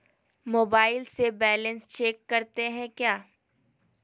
Mobile से balance check करते हैं क्या?